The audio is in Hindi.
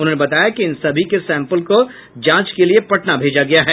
उन्होंने बताया कि इन सभी के सैम्पल को जांच के लिए पटना भेजा गया है